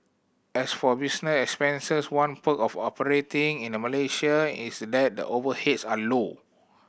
as for business expenses one perk of operating in Malaysia is that the overheads are low